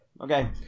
Okay